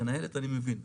מנהלת אני מבין,